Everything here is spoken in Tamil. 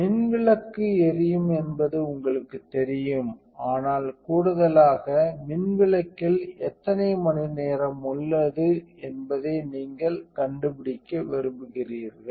மின்விளக்கு எரியும் என்பது உங்களுக்குத் தெரியும் ஆனால் கூடுதலாக மின் விளக்கில் எத்தனை மணிநேரம் உள்ளது என்பதை நீங்கள் கண்டுபிடிக்க விரும்புகிறீர்கள்